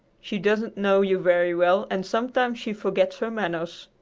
she doesn't know you very well and sometimes she forgets her manners.